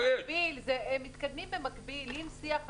הם מתקדמים במקביל עם שיח הדדי.